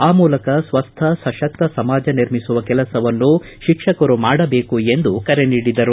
ಆ ಮೂಲಕ ಸ್ವಸ್ತ ಸಶಕ್ತ ಸಮಾಜ ನಿರ್ಮಿಸುವ ಕೆಲಸವನ್ನು ಶಿಕ್ಷಕರು ಮಾಡಬೇಕು ಎಂದು ಕರೆ ನೀಡಿದರು